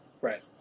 Right